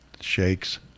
Shakes